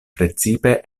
precipe